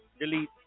delete